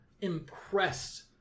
impressed